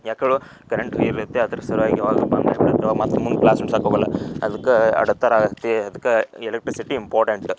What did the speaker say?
ಯಾಕೆ ಹೇಳು ಕರೆಂಟ್ ಹೋಗಿರುತ್ತೆ ಅದ್ರ ಸಲುವಾಗಿ ಮತ್ತ ಮುಂದೆ ಕ್ಲಾಸ್ ನಡ್ಸೋಕೆ ಹೋಗೋಲ್ಲ ಅದಕ್ಕೆ ಅಡತರಗತಿ ಅದ್ಕೆ ಎಲೆಕ್ಟ್ರಿಸಿಟಿ ಇಂಪಾರ್ಟೆಂಟ